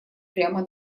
прямо